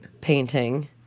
painting